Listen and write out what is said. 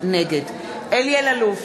נגד אלי אלאלוף,